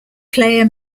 player